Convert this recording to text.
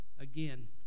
Again